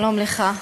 שלום לך,